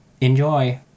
Enjoy